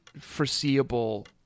foreseeable